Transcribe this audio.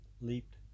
leaped